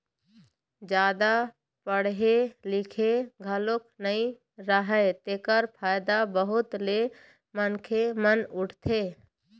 जादा पड़हे लिखे घलोक नइ राहय तेखर फायदा बहुत ले मनखे मन उठाथे